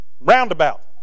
Roundabout